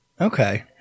Okay